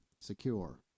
secure